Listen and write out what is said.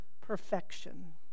perfection